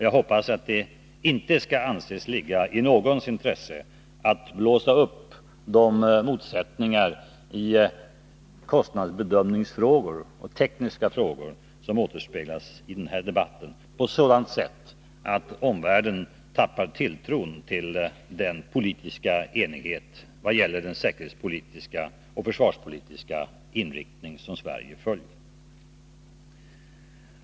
Jag hoppas att det inte skall anses ligga i någons intresse att blåsa upp de motsättningar i kostnadsbedömningsfrågor och tekniska frågor, som återspeglas i denna debatt, på ett sådant sätt att omvärlden tappar tilltron till den politiska enigheten i Sverige när det gäller den säkerhetspolitiska och försvarspolitiska inriktningen.